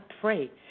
pray